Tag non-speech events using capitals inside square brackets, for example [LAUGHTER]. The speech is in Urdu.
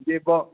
[UNINTELLIGIBLE]